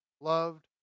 loved